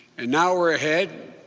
and now we're ahead,